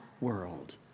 world